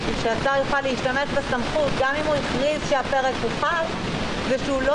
כדי שהשר יוכל להשתמש בסמכות גם אם הוא הכריז שהפרק הוחל - זה שהוא לא